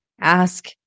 Ask